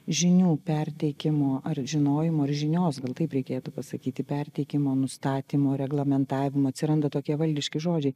žinių perteikimo ar žinojimo ir žinios gal taip reikėtų pasakyti perteikimo nustatymo reglamentavimo atsiranda tokie valdiški žodžiai